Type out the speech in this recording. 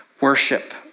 worship